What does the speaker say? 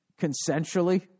consensually